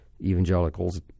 evangelicals